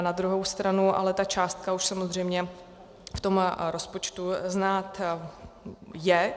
Na druhou stranu ale ta částka už samozřejmě v tom rozpočtu znát je.